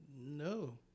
No